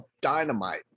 dynamite